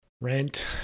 rent